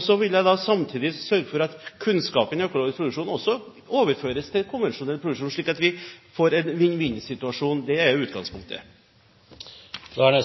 Så vil jeg samtidig sørge for at kunnskapen om økologisk produksjon også overføres til den konvensjonelle produksjonen, slik at vi får en vinn-vinn-situasjon. Det er utgangspunktet. Per Roar